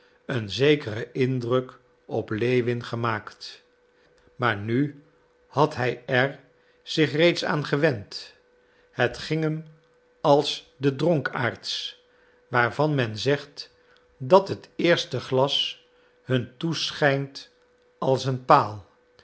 een zekeren indruk op lewin gemaakt maar nu had hij er zich reeds aan gewend het ging hem als de dronkaards waarvan men zegt dat het eerste glas hun toeschijnt als een paal